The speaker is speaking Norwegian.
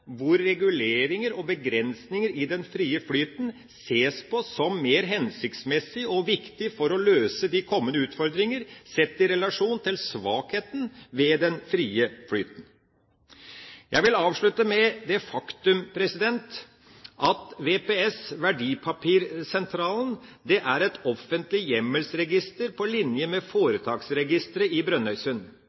hvor reguleringer og begrensninger i den frie flyten ses på som mer hensiktsmessig og viktig for å løse de kommende utfordringer, sett i relasjon til svakheten ved den frie flyten. Jeg vil avslutte med det faktum at VPS, Verdipapirsentralen, er et offentlig hjemmelsregister på linje med Foretaksregisteret i Brønnøysund.